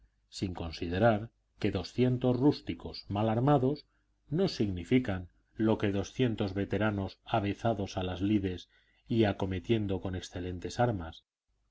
sin considerar que doscientos rústicos mal armados no significan lo que doscientos veteranos avezados a las lides y acometiendo con excelentes armas